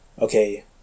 okay